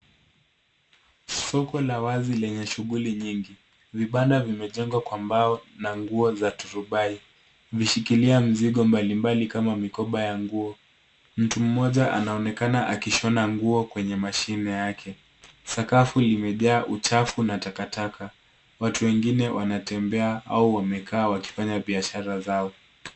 Soko la wazi lenye shughuli nyingi. Vibanda vimejengwa kwa mbao na nguo za turubai. Imeshikilia mizigo mbali mbali kama, mikoba ya nguo. Mtu mmoja anaonekana akishona nguo kwenye mashine yake. Sakafu limejaa uchafu na takataka. Watu wengine wanatembea au amekaa wakifanya kazi zao.